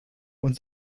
uns